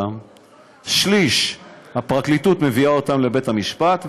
שליש הפרקליטות מביאה לבית המשפט,